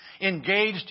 engaged